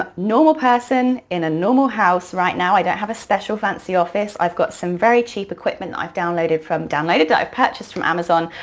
ah normal person in a normal house right now. i don't have a special, fancy office. i've got some very cheap equipment i've downloaded from. downloaded? i've purchased from amazon.